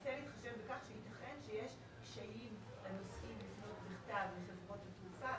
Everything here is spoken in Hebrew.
מנסה להתחשב בכך שייתכן שיש קשיים לנוסעים לפנות בכתב לחברות התעופה,